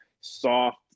soft